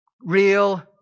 Real